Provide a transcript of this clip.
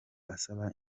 asaba